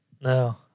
No